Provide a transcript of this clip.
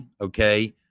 okay